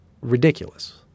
ridiculous